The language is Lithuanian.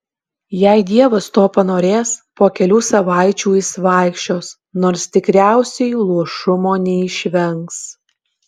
jei dievas to panorės po kelių savaičių jis vaikščios nors tikriausiai luošumo neišvengs